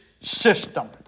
system